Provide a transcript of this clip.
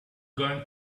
going